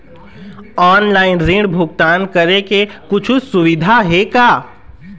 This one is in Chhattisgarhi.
ऑनलाइन ऋण भुगतान करे के कुछू सुविधा हे का?